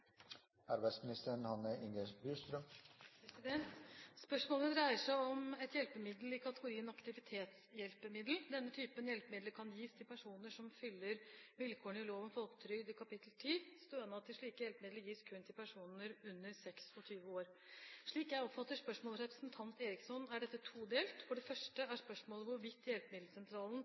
Spørsmålet dreier seg om et hjelpemiddel i kategorien aktivitetshjelpemiddel. Denne typen hjelpemidler kan gis til personer som fyller vilkårene i lov om folketrygd, kapittel 10. Stønad til slike hjelpemidler gis kun til personer under 26 år. Slik jeg oppfatter spørsmålet fra representanten Eriksson, er dette todelt. For det første er spørsmålet hvorvidt hjelpemiddelsentralen